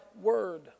word